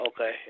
Okay